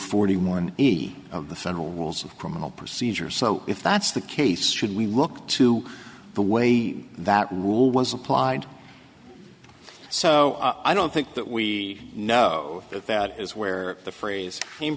forty one of the federal rules of criminal procedure so if that's the case should we look to the way that rule was applied so i don't think that we know that that is where the phrase came